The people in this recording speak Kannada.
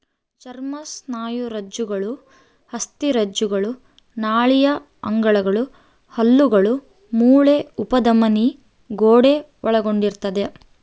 ಚರ್ಮ ಸ್ನಾಯುರಜ್ಜುಗಳು ಅಸ್ಥಿರಜ್ಜುಗಳು ನಾಳೀಯ ಅಂಗಗಳು ಹಲ್ಲುಗಳು ಮೂಳೆ ಅಪಧಮನಿಯ ಗೋಡೆ ಒಳಗೊಂಡಿರ್ತದ